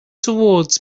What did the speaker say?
towards